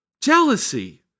Jealousy